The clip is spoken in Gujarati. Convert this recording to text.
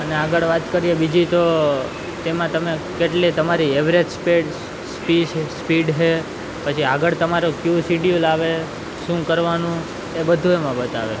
અને આગળ વાત કરીએ બીજી તો તેમાં તમે કેટલીય તમારી એવરેજ સ્પેડ સ્પીડ છે પછી આગળ તમારું કયું સિડયુંલ આવે શું કરવાનું એ બધુ એમાં બતાવે